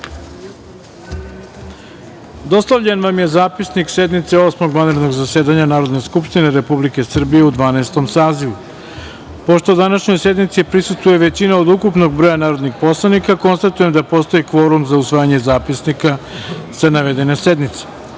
vam je Zapisnik sednice Osmog vanrednog zasedanja Narodne skupštine Republike Srbije u Dvanaestom sazivu. Pošto današnjoj sednici prisustvuje većina od ukupnog broja narodnih poslanika, konstatujem da postoji kvorum za usvajanje zapisnika sa navedene